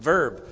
Verb